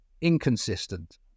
inconsistent